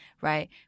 Right